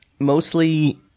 mostly